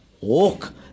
walk